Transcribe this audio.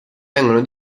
vengono